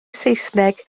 saesneg